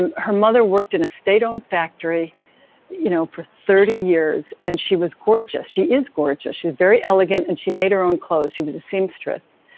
and her mother worked in a state owned factory you know for thirty years. and she was gorgeous. she is gorgeous. she's very elegant. and she made her own clothes. she was a seamstress.